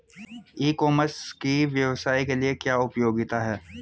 ई commerce की व्यवसाय के लिए क्या उपयोगिता है?